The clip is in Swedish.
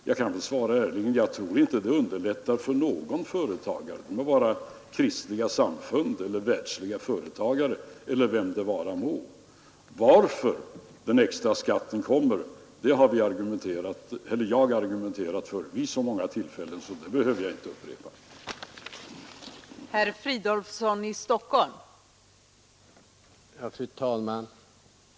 Jag kan ärligt svara att jag tror inte att det underlättar för någon företagare — det må gälla kristliga samfund eller värdsliga företagare eller vem det vara må. Varför den extra skatten kommer har jag talat om vid så många tillfällen så det behöver jag inte upprepa här.